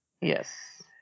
Yes